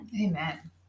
amen